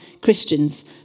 Christians